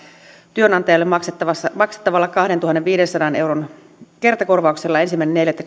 työnantajalle maksettavalla kahdentuhannenviidensadan euron kertakorvauksella ensimmäinen neljättä